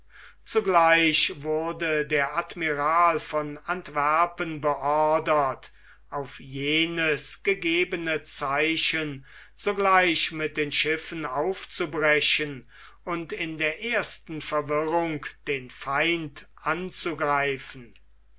zugleich wurde der admiral von antwerpen beordert auf jenes gegebene zeichen sogleich mit den schiffen aufzubrechen und in der ersten verwirrung den feind anzugreifen